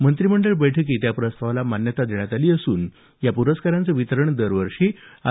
मंत्रिमंडळ बैठकीत या प्रस्तावाला मान्यता देण्यात आली असून या पुरस्कारांचे वितरण दरवर्षी आर